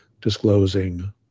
disclosing